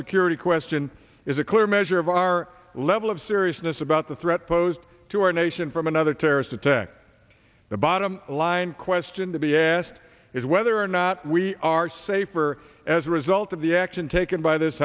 security question is a clear measure of our level of seriousness about the threat posed to our nation from another terrorist attack the bottom line question to be asked is whether or not we are safer as a result of the action taken by this